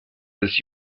des